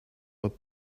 what